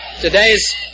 today's